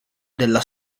della